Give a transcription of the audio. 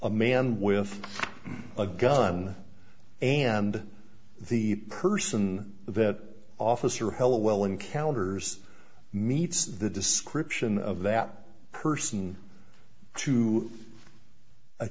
a man with a gun and the person that officer helliwell encounters meets the description of that person to